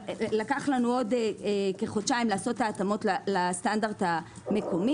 לקח לנו עוד כחודשיים לעשות את ההתאמות לסטנדרט המקומי.